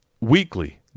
weekly